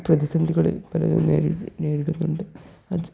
പ്രതിസന്ധികളിൽ പലതരം നേരി നേരിടുന്നുണ്ട് അത്